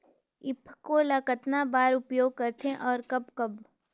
ईफको ल कतना बर उपयोग करथे और कब कब?